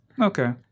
Okay